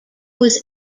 was